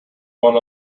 one